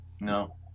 no